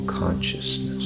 consciousness